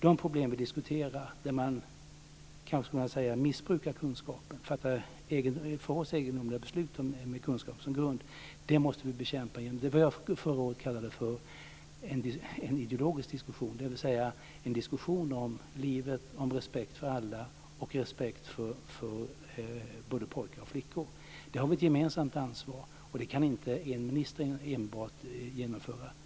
De problem vi diskuterar, där man kanske skulle kunna säga att kunskapen missbrukas och att det fattas för oss egendomliga beslut med kunskapen som grund, måste vi bekämpa genom vad jag förra året kallade för en ideologisk diskussion, dvs. en diskussion om livet, om respekt för alla och om respekt för både pojkar och flickor. Där har vi ett gemensamt ansvar. Det kan inte enbart en minister genomföra.